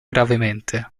gravemente